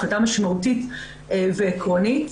החלטה משמעותית ועקרונית.